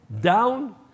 down